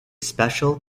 special